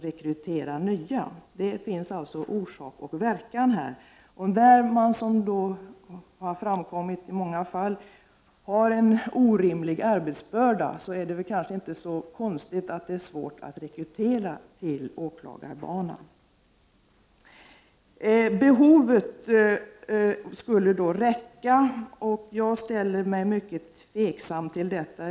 Det är således här fråga om orsak och verkan. Och när åklagare i många fall, som det har framkommit, har en orimlig arbetsbörda, är det kanske inte så konstigt att det är svårt att rekrytera till åklagarbanan. Behovet skulle enligt justitieministern kunna täckas. Jag ställer mig mycket tveksam till detta.